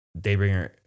Daybringer